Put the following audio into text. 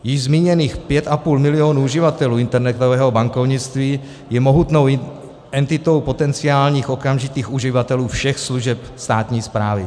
Již zmíněných 5,5 milionu uživatelů internetového bankovnictví je mohutnou entitou potenciálních okamžitých uživatelů všech služeb státní správy.